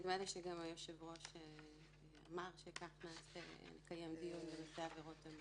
נדמה לי שגם היושב-ראש אמר שככה נקיים דיון בנושא עבירות המין.